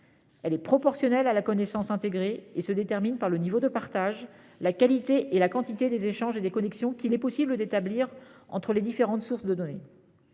Elle est proportionnelle à la connaissance intégrée et se détermine par le niveau de partage, la qualité et la quantité des échanges et des connexions qu'il est possible d'établir entre les différentes sources de données.